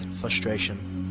frustration